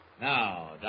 Now